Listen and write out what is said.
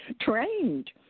trained